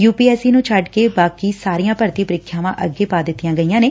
you P S C ਨੂੰ ਛੱਡ ਕੇ ਬਾਕੀ ਸਾਰੀਆਂ ਭਰਤੀ ਪ੍ਰੀਖਿਆ ਅੱਗੇ ਪਾ ਦਿੱਤੀਆਂ ਗਈਆਂ ਨੇ